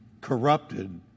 corrupted